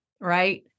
right